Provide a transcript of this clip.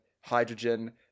hydrogen